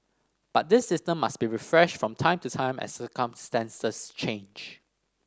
but this system must be refreshed from time to time as circumstances change